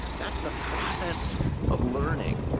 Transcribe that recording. that's the process of learning,